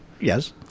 Yes